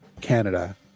Canada